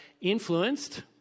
influenced